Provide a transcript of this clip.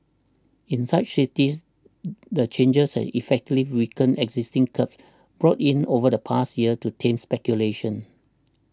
in such cities the changes have effectively weakened existing curbs brought in over the past year to tame speculation